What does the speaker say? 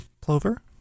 Plover